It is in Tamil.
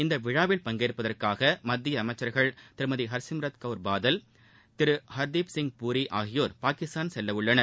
இவ்விழாவில் பங்கேற்பதற்காக மத்திய அமைச்சர்கள் திருமதி ஹர்சிய்ரத் கவுர் பாதல் திரு ஹர்தீப் சிங் பூரி ஆகியோா் பாகிஸ்தான் செல்லவுள்ளனர்